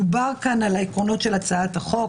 דובר כאן על העקרונות של הצעת החוק,